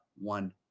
one